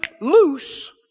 loose